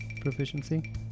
proficiency